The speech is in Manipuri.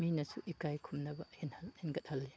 ꯃꯤꯅꯁꯨ ꯏꯀꯥꯏ ꯈꯨꯝꯅꯕ ꯍꯦꯟꯒꯠꯍꯜꯂꯤ